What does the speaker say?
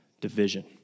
division